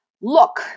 Look